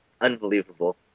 unbelievable